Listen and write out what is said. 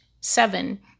seven